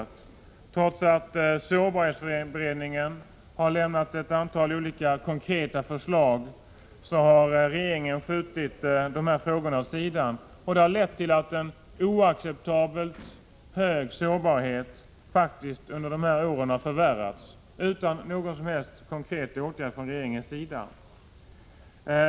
Trots att sårbarhetsberedningen har lämnat ett antal olika konkreta förslag har regeringen skjutit de här frågorna åt sidan, vilket har lett till att en oacceptabelt hög sårbarhet faktiskt har förvärrats under de här åren. Detta har inte föranlett någon som helst konkret åtgärd från regeringens sida.